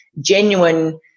genuine